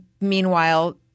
meanwhile